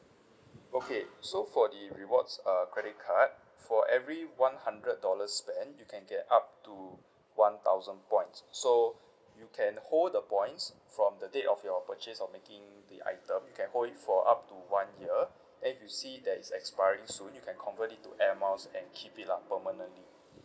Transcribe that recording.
okay so for the rewards uh credit card for every one hundred dollars spent you can get up to one thousand points so you can hold the points from the date of your purchase of making the item can hold it for up to one year then if you see that it's expiring soon you can convert it to air miles and keep it lah permanently